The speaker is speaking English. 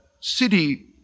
city